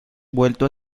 vuelto